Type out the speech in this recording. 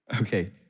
Okay